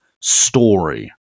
story